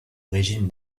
régime